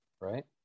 right